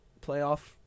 playoff